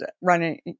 running